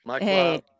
Hey